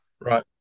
right